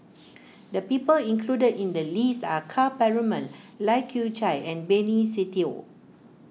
the people included in the list are Ka Perumal Lai Kew Chai and Benny Se Teo